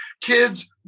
kids